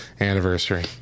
anniversary